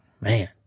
Man